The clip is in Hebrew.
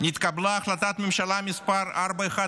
נתקבלה החלטת ממשלה מס' 4101,